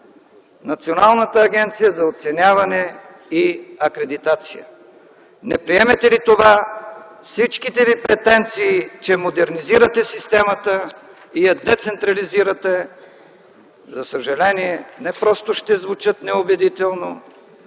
Националната агенция за оценяване и акредитация. Не приемете ли това, всичките ви претенции, че модернизирате системата и я децентрализирате, за съжаление не просто ще звучат неубедително,